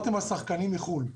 מחו"ל.